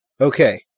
Okay